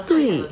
对